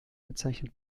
bezeichnet